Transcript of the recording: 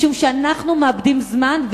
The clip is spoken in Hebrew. משום שאנחנו מאבדים זמן,